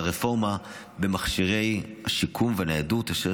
הרפורמה במכשירי השיקום והניידות אשר